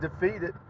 defeated